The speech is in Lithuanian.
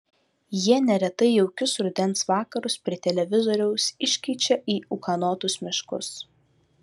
jie neretai jaukius rudens vakarus prie televizoriaus iškeičia į ūkanotus miškus